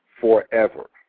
forever